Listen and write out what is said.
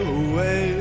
away